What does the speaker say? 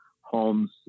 homes